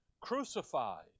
Crucified